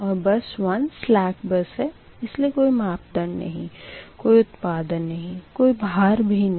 और बस 1 सलेक बस है इसलिए कोई मापदंड नहीं कोई उत्पादन नहीं कोई भार भी नहीं